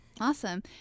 Awesome